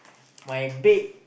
my bake